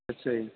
ਅੱਛਾ ਜੀ